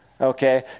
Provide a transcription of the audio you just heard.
Okay